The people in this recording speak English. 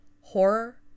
horror